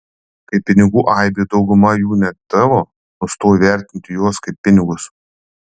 kai pinigų aibė ir dauguma jų ne tavo nustoji vertinti juos kaip pinigus